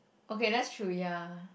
okay that's true ya